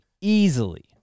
easily